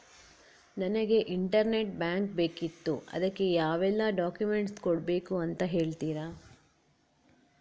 ನನಗೆ internet bank ಬೇಕಿತ್ತು ಅದಕ್ಕೆ ಯಾವೆಲ್ಲಾ ಡಾಕ್ಯುಮೆಂಟ್ಸ್ ಕೊಡ್ಬೇಕು ಅಂತ ಹೇಳ್ತಿರಾ?